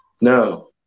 No